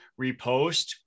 repost